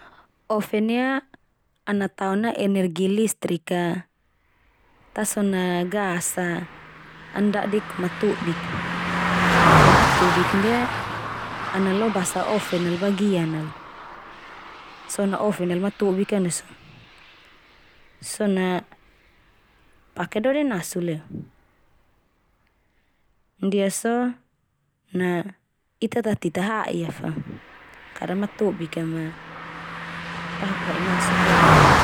Oven ia ana tao na energi listrik ta so na gas a an dadik matobik. Fo matobik ndia ana lo basa oven al bagian al so na oven al matobik ka ndia so. So na pake dode nasu leo. Ndia so, na ita ta tita ha'i a fa kada matobik a ma ta hapu ha'i masuk bo'en.